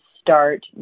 start